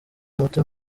muti